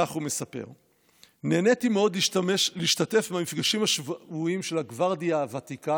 כך הוא מספר: נהניתי מאוד להשתתף במפגשים השבועיים של הגוורדיה הוותיקה